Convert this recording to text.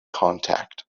contact